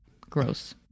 Gross